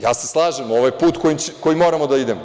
Ja se slažem, ovo je put kojim moramo da idemo.